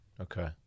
Okay